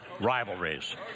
rivalries